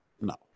No